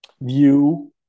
view